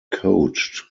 coached